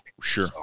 Sure